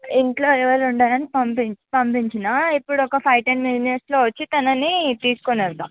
ఇంట్లో ఎవరూ ఉండరని పంపించిన ఇప్పుడు ఒకఫైవ్ టెన్ మినిట్స్లో వచ్చి తనని తీసుకొని వెళ్తాం